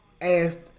asked